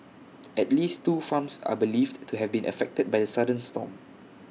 at least two farms are believed to have been affected by sudden storm